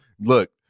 look